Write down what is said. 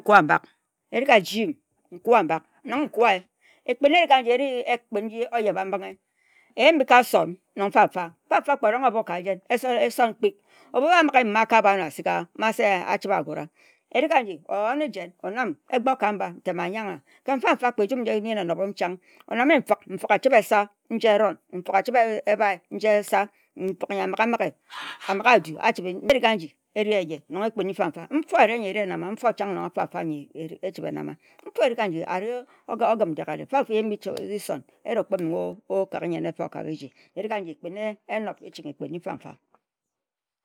Nkua mbak erig a-ji-m, nkua mbak. Ekpin erig anji eri ekpin oyeba-mbinghe erig-an ji eyim bi-ka sun kpik. Obu sei a-migehin ma-a-bha na asik-gaha, ma achibe a-gura-ah. Erig n-ji, oye n-nijen, onam, egbor-ka-amba, ntem a-yangha. Kǝn n-fam-fa, o-nannie nfak, esa njie eron, ehbie njie esa a-mighe a-du ma-erig a-nji eri ehye nong ekpin-ni mfa-fa. Nfo erie ye-e eri-enamagha a-ri ogum de-gere fam-fa, eyim bi sonn-ogim. Erig-nji ekpin enob ekpin nji mfa m-fa nji.